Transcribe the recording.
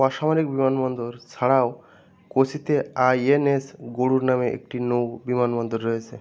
অসামরিক বিমানবন্দর ছাড়াও কোচিতে আইএনএস গরুড় নামে একটি নৌ বিমানবন্দর রয়েছে